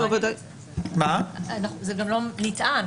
זה גם לא נטען.